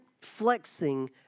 flexing